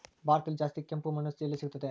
ಭಾರತದಲ್ಲಿ ಜಾಸ್ತಿ ಕೆಂಪು ಮಣ್ಣು ಎಲ್ಲಿ ಸಿಗುತ್ತದೆ?